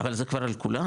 אבל זה כבר על כולם,